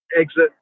exit